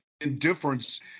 indifference